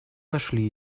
нашли